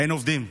אין עובדים.